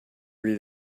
read